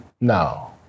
No